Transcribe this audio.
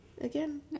again